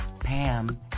Pam